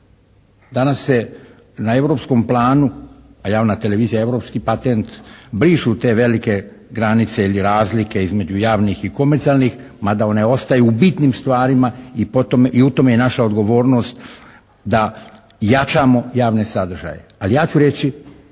Danas se na europskom planu a javna televizija je europski patent brišu te velike granice ili razlike između javnih i komercijalnih mada one ostaju u bitnim stvarima i po tome, i u tome je naša odgovornost da jačamo javne sadržaje. Ali ja ću reći